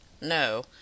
No